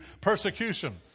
persecution